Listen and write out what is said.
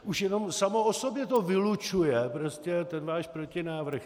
Už jenom samo o sobě to vylučuje prostě ten váš protinávrh.